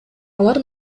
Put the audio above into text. алар